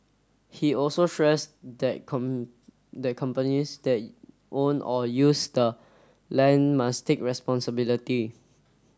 he also stressed that that companies that own or use the land must take responsibility